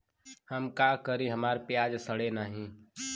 हम का करी हमार प्याज सड़ें नाही?